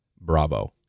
Bravo